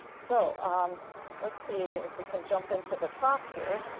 so um let's see if we can jump into the talk here,